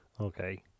Okay